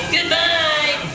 Goodbye